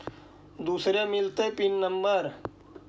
दुसरे मिलतै PIN number?